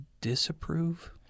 disapprove